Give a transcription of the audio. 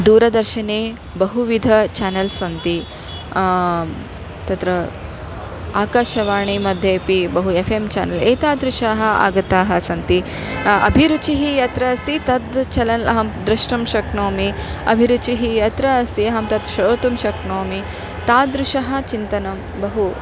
दूरदर्शने बहुविध चानल्स् सन्ति तत्र आकाशवाणी मध्येपि बहु एफ़् एम् चेनल् एतादृशाः आगताः सन्ति अभिरुचिः यत्र अस्ति तत् चेलल् अहं द्रष्टुं शक्नोमि अभिरुचिः यत्र अस्ति अहं तत् श्रोतुं शक्नोमि तादृशः चिन्तनं बहु